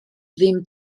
ddim